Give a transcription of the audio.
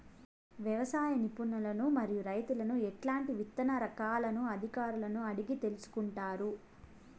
వ్యవసాయ నిపుణులను మరియు రైతులను ఎట్లాంటి విత్తన రకాలను అధికారులను అడిగి తెలుసుకొంటారు?